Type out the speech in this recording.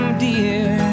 dear